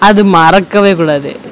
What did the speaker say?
அது மறக்கவே கூடாது:athu marakavae koodaathu